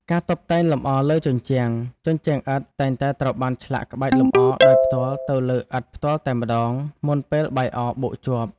ការតុបតែងលម្អលើជញ្ជាំង ជញ្ជាំងឥដ្ឋតែងតែត្រូវបានឆ្លាក់ក្បាច់លម្អដោយផ្ទាល់ទៅលើឥដ្ឋផ្ទាល់តែម្ដង មុនពេលបាយអរបូកជាប់។